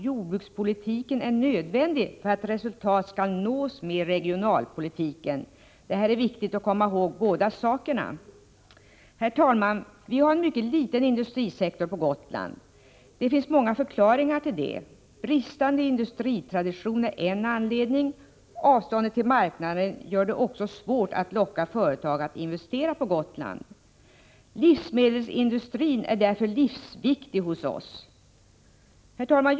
jordbrukspolitiken är nödvändig för att resultat skall nås med regionalpolitiken. Båda dessa saker är viktiga att komma ihåg. Herr talman! Vi har en mycket liten industrisektor på Gotland. Det finns många förklaringar till detta. Bristande industritradition är en anledning. Avståndet till marknaderna gör det också svårt att locka företag att investera på Gotland. Livsmedelsindustrin är därför livsviktig för oss. Herr talman!